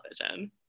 television